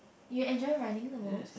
you enjoy running the most